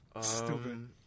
Stupid